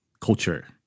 Culture